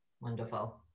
Wonderful